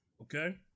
Okay